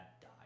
died